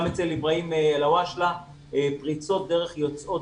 גם אצל איברהים אל-הוואשלה פריצות דרך יוצאות